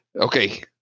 okay